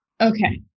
okay